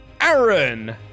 Aaron